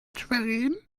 schwerin